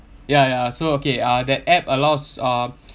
ya ya so okay uh that app allows uh